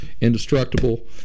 indestructible